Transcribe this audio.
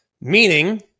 meaning